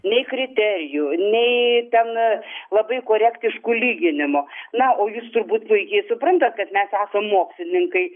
nei kriterijų nei ten labai korektiškų lyginimo na o jūs turbūt puikiai suprantat kad mes esam mokslininkai